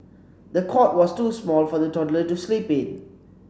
the cot was too small for the toddler to sleep in